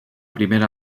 primera